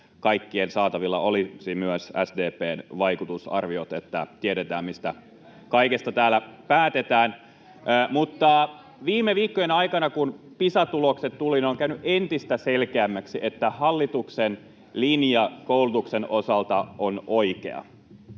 kaikkien saatavilla olisi myös SDP:n vaikutusarviot, että tiedetään, mistä kaikesta täällä päätetään. Mutta viime viikkojen aikana, kun Pisa-tulokset tulivat, on käynyt entistä selkeämmäksi, että hallituksen linja koulutuksen osalta on oikea.